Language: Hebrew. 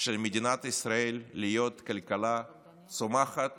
של מדינת ישראל להיות כלכלה צומחת